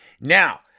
Now